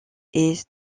est